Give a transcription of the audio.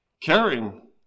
caring